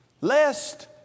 Lest